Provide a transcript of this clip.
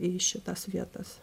į šitas vietas